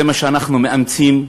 זה מה שאנחנו מאמצים,